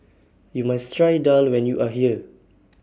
YOU must Try Daal when YOU Are here